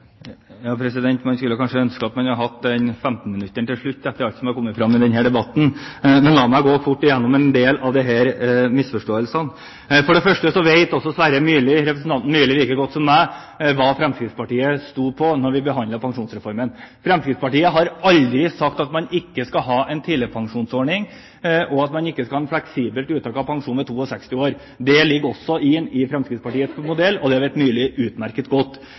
Man kunne kanskje ønske at man hadde hatt 15-minuttersinnlegget til slutt etter alt som er kommet fram i denne debatten. Men la meg gå fort igjennom en del av misforståelsene. For det første vet representanten Sverre Myrli like godt som meg hva Fremskrittspartiet sto for da vi behandlet pensjonsreformen. Fremskrittspartiet har aldri sagt at man ikke skal ha en tidligpensjonsordning, og at man ikke skal ha et fleksibelt uttak av pensjon ved 62 år. Det ligger også inne i Fremskrittspartiets modell, og det vet Myrli utmerket godt.